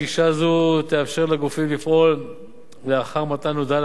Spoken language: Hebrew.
גישה זו תאפשר לגופים לפעול לאחר מתן הודעה